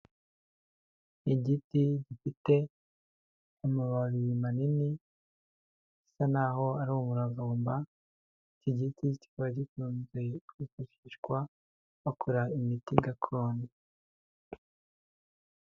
Igiti gifite amababi manini, bisa naho ari umuravumba, iki giti kikaba gikunze kwifashishwa bakora imiti gakondo.